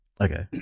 Okay